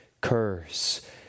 curse